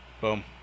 Boom